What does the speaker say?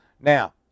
Now